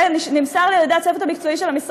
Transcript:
זה נמסר לי על ידי הצוות המקצועי של המשרד,